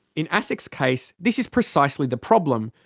in asic's case this is precisely the problem.